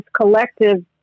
collective